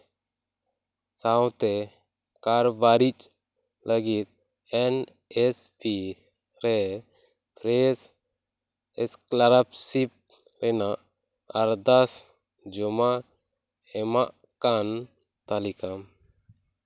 ᱥᱟᱶᱛᱮ ᱠᱟᱨᱵᱟᱨᱤᱪ ᱞᱟᱜᱤᱫ ᱮᱱ ᱮᱥ ᱤ ᱨᱮ ᱯᱷᱨᱮᱥ ᱮᱥᱠᱞᱟᱨᱤᱯᱥᱤᱴ ᱨᱮᱱᱟᱜ ᱟᱨᱫᱟᱥ ᱡᱚᱢᱟ ᱮᱢᱟᱜ ᱠᱟᱱ ᱛᱟᱞᱤᱠᱟ